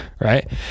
Right